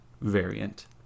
variant